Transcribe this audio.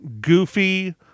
goofy